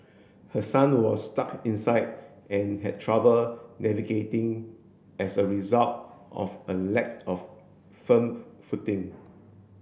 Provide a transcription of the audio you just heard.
her son was stuck inside and had trouble navigating as a result of a lack of firm footing